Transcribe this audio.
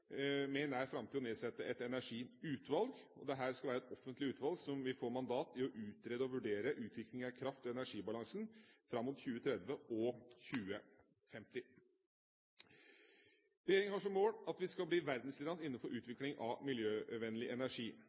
og energibalansen fram mot 2030 og 2050. Regjeringa har som mål at vi skal bli verdensledende innenfor utvikling av miljøvennlig energi.